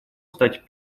стать